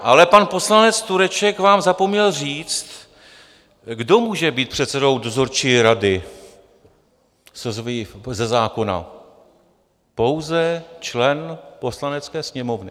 Ale pan poslanec Tureček vám zapomněl říct, kdo může být předsedou dozorčí rady ze zákona: pouze člen poslanecké sněmovny.